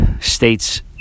states